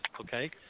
okay